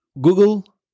Google